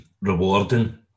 rewarding